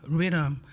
Rhythm